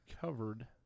covered